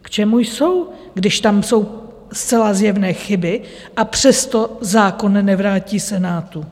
K čemu jsou, když tam jsou zcela zjevné chyby, a přesto zákon nevrátí Senát?